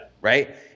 right